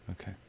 Okay